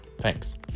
Thanks